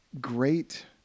great